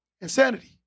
Insanity